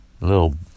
Little